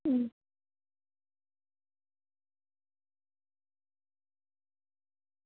હમ